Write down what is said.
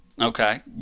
Okay